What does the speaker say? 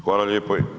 Hvala lijepo.